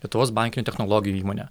lietuvos bankinių technologijų įmonė